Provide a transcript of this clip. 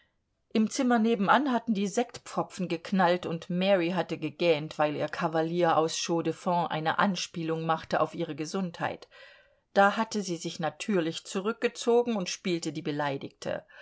im zimmer nebenan hatten die sektpfropfen geknallt und mary hatte gegähnt weil ihr kavalier aus chaux de fonds eine anspielung machte auf ihre gesundheit da hatte sie sich natürlich zurückgezogen und spielte die beleidigte